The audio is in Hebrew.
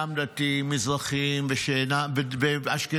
ושאינם דתיים, מזרחיים ואשכנזים.